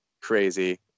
crazy